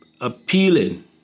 appealing